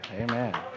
Amen